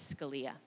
Scalia